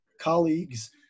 colleagues